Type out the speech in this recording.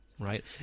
Right